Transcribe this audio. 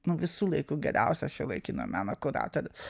nu visų laikų geriausias šiuolaikinio meno kuratorius